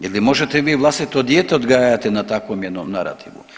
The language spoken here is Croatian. Je li možete vi vlastito dijete odgajati na takvom jednom narativu?